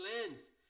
lands